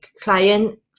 client